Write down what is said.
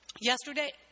yesterday